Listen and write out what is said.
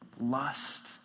lust